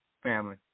family